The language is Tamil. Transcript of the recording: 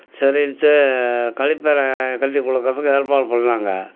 சரின்ட்டு கழிப்பற கட்டி கொடுக்கறதுக்கு ஏற்பாடு பண்ணிணாங்க